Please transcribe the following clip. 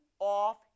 Off